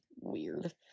weird